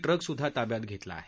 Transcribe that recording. ट्रकसुद्धा ताब्यात घेतला आहे